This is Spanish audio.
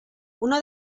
uno